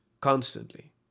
constantly